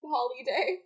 Holiday